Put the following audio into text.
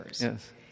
yes